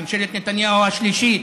ממשלת נתניהו השלישית,